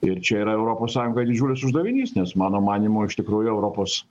ir čia yra europos sąjungai didžiulis uždavinys nes mano manymu iš tikrųjų europos